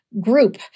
group